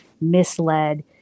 misled